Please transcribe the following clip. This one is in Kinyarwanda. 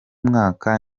mwaka